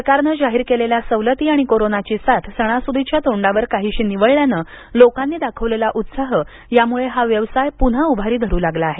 सरकारनं जाहीर केलेल्या सवलती आणि कोरोनाची साथ सणासूदीच्या तोंडावर काहीशी निवळल्यानं लोकांनी दाखवलेला उत्साह यामुळे हा व्यवसाय पुन्हा उभारी धरू लागला आहे